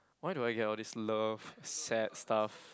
why do I get all this love sad stuff